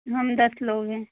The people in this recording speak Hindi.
हम दस लोग हैं